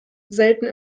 selten